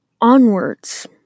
Onwards